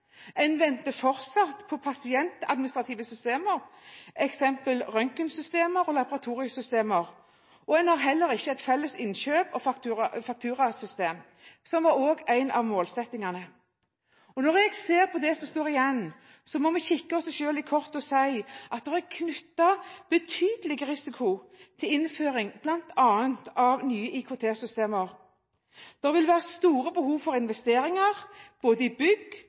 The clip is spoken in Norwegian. En venter fortsatt på pasientadministrative systemer, f.eks. røntgensystemer og laboratoriesystemer. En har heller ikke et felles innkjøps- og fakturasystem, som også var en av målsettingene. Når jeg ser på det som står igjen, må vi kikke oss selv i kortene å si at det er knyttet betydelig risiko til innføring bl.a. av nye IKT-systemer. Det vil være store behov for investeringer i bygg